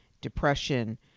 depression